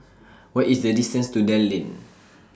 What IS The distance to Dell Lane